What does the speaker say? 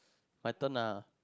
my turn ah